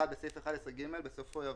(1)בסעיף 11ג, בסופו יבוא: